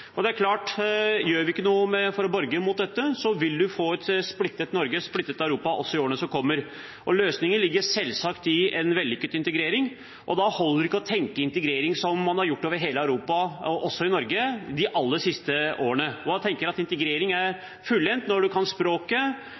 Det er klart at gjør vi ikke noe med dette, vil vi få et splittet Norge, et splittet Europa, også i årene som kommer. Løsningen ligger selvsagt i en vellykket integrering. Da holder det ikke å tenke integrering slik som man har gjort over hele Europa, også i Norge, de aller siste årene, der man tenker at integrering er fullendt når en kan språket,